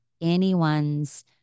anyone's